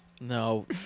No